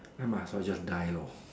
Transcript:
I might as well just die lor